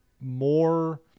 more